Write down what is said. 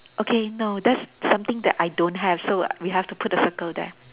okay no that's something that I don't have so we have to put a circle there